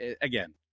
Again